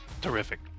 Terrific